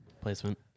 placement